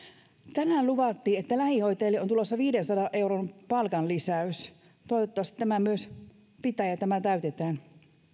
tänään luvattiin että lähihoitajille on tulossa viidensadan euron palkanlisäys toivottavasti tämä myös pitää ja tämä täytetään